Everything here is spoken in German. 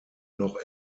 noch